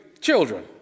children